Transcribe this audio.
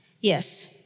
Yes